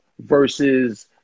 versus